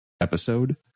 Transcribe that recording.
episode